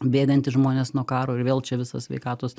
bėgantys žmonės nuo karo ir vėl čia visas sveikatos